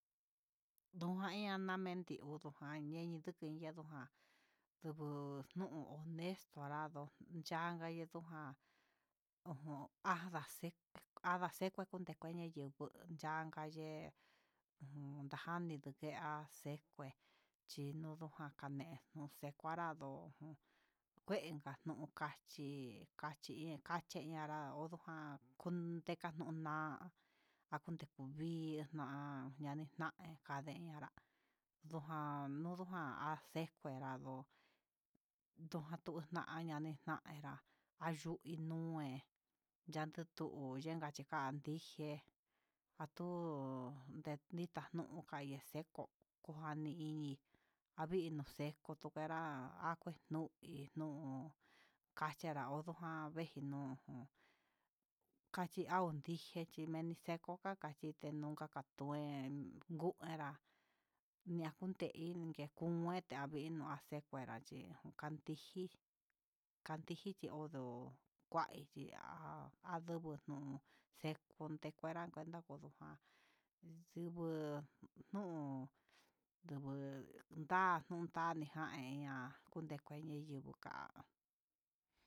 Nnduja eña nanikuiu, inyuku yedó ja'a ndu nuu ndex dorado yanga ndujan ojon andaxep andaxekue kundenña yayuu, jun ndaka yee najani nduke ha xe kué chinunu ján ku xekurado kue kanunja chí kachí kacheñá ña'a nanraoja kun ndekanoná há akuu ndekuvixna há yanixtain kanee, kanra ñojan nodojan axekuerá, andoo ndoña tuñaxna nijana ayui nué chekentu yenka tikan yijé, antu dita nuu kaya'a xeko kojani hí, avinonreko kutenrá akue nui nuu, kachena onrojan nguejeno jon kachí na'a orije yenixekoja kakchinti noka kandú kuen nduu enrá nakun chen iin nakungueta nguino achekurachí, kantiji kantiji chí onró kui ichí há há ndubuu nuu xekun kuenta kunru ndujan ndubuu, nuu nduvun ndá ndundá kanijan ya'a kun ndekuu kueni yuu ka'á.